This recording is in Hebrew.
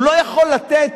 הוא לא יכול לתת,